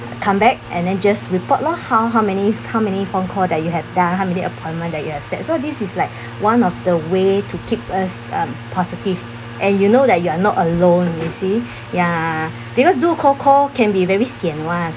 come back and then just report lor how how many how many phone call that you have done how many appointment that you have set so this is like one of the way to keep us um positive and you know that you are not alone you see ya because do cold call can be very sian [one]